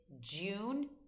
June